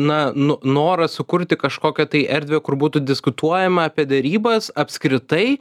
na no noras sukurti kažkokią tai erdvę kur būtų diskutuojama apie derybas apskritai